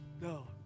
No